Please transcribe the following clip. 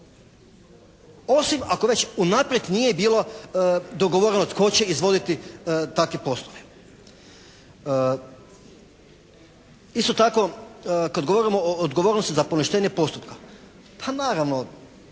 Osim već ako unaprijed nije bilo dogovoreno tko će izvoditi takve poslove. Isto tako kad govorimo o odgovornosti za poništenje postupka. Pa naravno